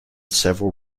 several